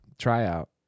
tryout